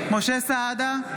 סעדה,